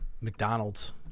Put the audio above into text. McDonald's